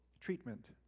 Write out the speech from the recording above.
treatment